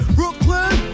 Brooklyn